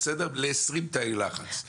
ל-20 תאי לחץ,